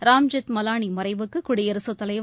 ராம்ஜெத் மலானி மறைவுக்கு குடியரசுத் தலைவர்